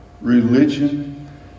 religion